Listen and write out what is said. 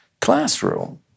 classroom